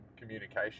communication